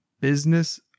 business